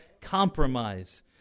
compromise